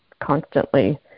constantly